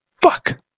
fuck